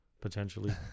potentially